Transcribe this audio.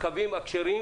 קווים כשרים